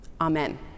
Amen